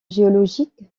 géologique